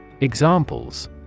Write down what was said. Examples